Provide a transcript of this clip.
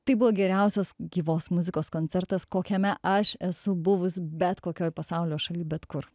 tai buvo geriausias gyvos muzikos koncertas kokiame aš esu buvus bet kokioj pasaulio šaly bet kur